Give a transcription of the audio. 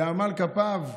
בעמל כפיו.